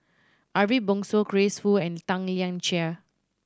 Ariff Bongso Grace Fu and Tan Lian Chye